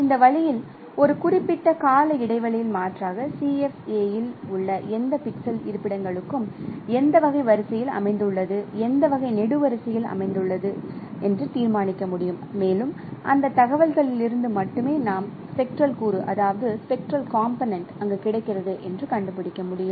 இந்த வழியில் ஒரு குறிப்பிட்ட கால இடைவெளியில் மாற்றாக CFA இல் உள்ள எந்த பிக்சல் இருப்பிடங்களுக்கும் எந்த வகை வரிசையில் அமைந்து உள்ளது எந்த வகை நெடுவரிசையில் அமைந்து உள்ளது என்று தீர்மானிக்க முடியும் மேலும் அந்த தகவல்களிலிருந்து மட்டுமே நாம் ஸ்பெக்ட்ரல் கூறு அங்கு கிடைக்கிறது என்று கண்டுபிடிக்க முடியும்